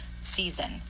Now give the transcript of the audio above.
season